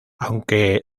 aunque